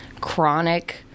chronic